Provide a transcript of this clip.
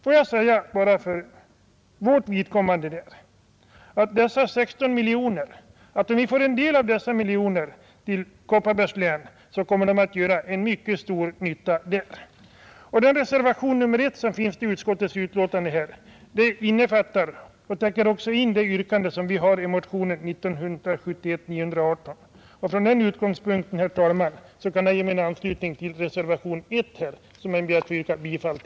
Får jag säga för vårt vidkommande, att om vi får en del av dessa 16 miljoner till Kopparbergs län så kommer dessa medel att göra mycket stor nytta där. Reservationen 1 till utskottets betänkande innefattar också det yrkande som vi har i motionen 918. Därför ber jag, herr talman, att få yrka bifall till reservationen 1.